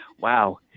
Wow